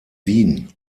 wien